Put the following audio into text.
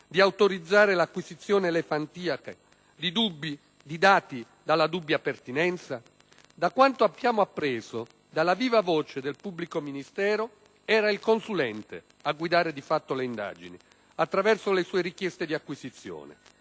di autorizzare l'acquisizione elefantiaca di dati dalla dubbia pertinenza. Da quanto abbiamo appreso dalla viva voce del pubblico ministero, era il consulente a guidare di fatto le indagini attraverso le sue richieste di acquisizione.